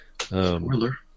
Spoiler